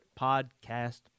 podcast